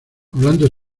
hablando